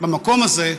במקום הזה,